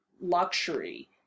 luxury